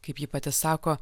kaip ji pati sako